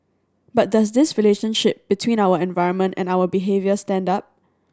but does this relationship between our environment and our behaviour stand up